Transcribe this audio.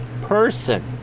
person